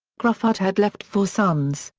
gruffudd had left four sons,